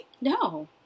No